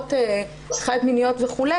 משפחות חד-מיניות וכו',